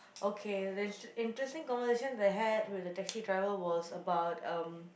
okay this interesting conversation that I had with the taxi driver was about um